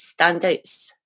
standouts